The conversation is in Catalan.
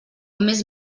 més